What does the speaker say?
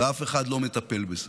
ואף אחד לא מטפל בזה.